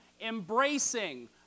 embracing